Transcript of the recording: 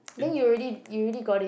then you already you already got it